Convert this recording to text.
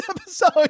episode